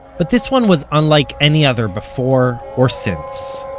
but this one was unlike any other before or since.